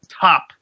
Top